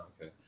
okay